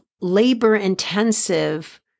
labor-intensive